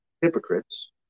hypocrites